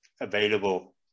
available